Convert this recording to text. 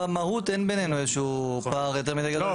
במהות אין בינינו איזה שהוא פער יותר מידי גדול.